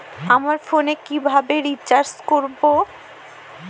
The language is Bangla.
আমার ফোনে কিভাবে রিচার্জ করবো?